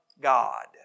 God